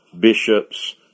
bishops